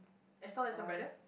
as long as better